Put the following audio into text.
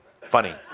Funny